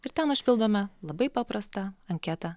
ir ten užpildome labai paprastą anketą